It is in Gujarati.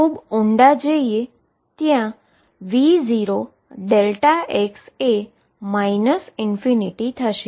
ખૂબ ઉંડા જઈએ ત્યા V0δ એ ∞ થશે